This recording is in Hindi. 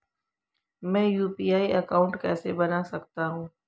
मैं यू.पी.आई अकाउंट कैसे बना सकता हूं?